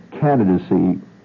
candidacy